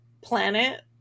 planet